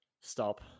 Stop